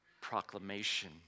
proclamation